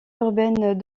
urbaine